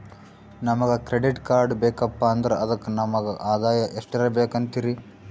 ನಮಗ credit card ಬೇಕಪ್ಪ ಅಂದ್ರ ಅದಕ್ಕ ನಮಗ ಆದಾಯ ಎಷ್ಟಿರಬಕು ಅಂತೀರಿ?